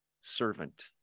servant